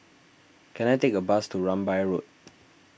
can I take a bus to Rambai Road